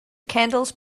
candles